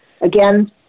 again